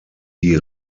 die